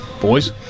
boys